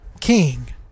king